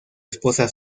esposa